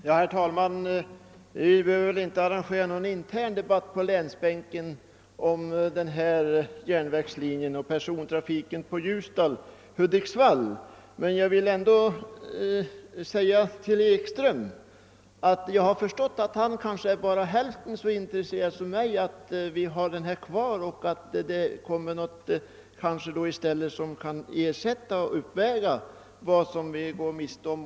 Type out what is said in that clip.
Herr talman! Vi behöver väl inte ta upp någon ingående debatt mellan ledamöterna på länsbänken rörande persontrafiken på sträckan Ljusdal Hudiksvall. Jag har emellertid förstått att herr Ekström bara är hälften så intresserad som jag av att ha denna järnvägslinje kvar. Om denna persontrafik läggs ned, skall vi i stället ha något som till fullo kan ersätta den och uppväga vad vi går miste om.